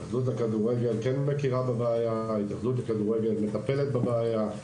ההתאחדות לכדורגל כן מכירה בבעיה וההתאחדות לכדורגל מטפלת בבעיה.